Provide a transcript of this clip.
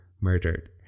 murdered